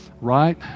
right